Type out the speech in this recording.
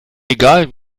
egal